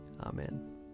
Amen